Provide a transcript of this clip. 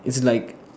it's like